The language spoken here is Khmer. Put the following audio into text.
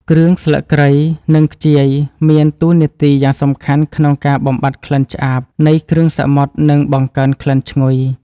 គ្រឿងស្លឹកគ្រៃនិងខ្ជាយមានតួនាទីយ៉ាងសំខាន់ក្នុងការបំបាត់ក្លិនឆ្អាបនៃគ្រឿងសមុទ្រនិងបង្កើនក្លិនឈ្ងុយ។